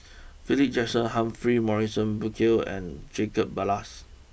Philip Jackson Humphrey Morrison Burkill and Jacob Ballas